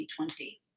2020